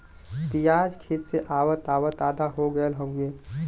पियाज खेत से आवत आवत आधा हो गयल हउवे